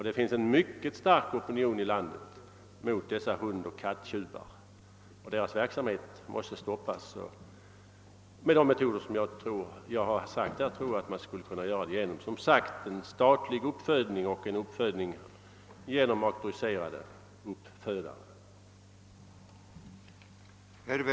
Det finns en mycket stark opinion i landet mot dessa hundoch kattjuvar. Deras verksamhet måste stoppas. Jag tror att man skulle kunna göra det genom en statlig uppfödning hos auktoriserade uppfödare.